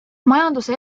majanduse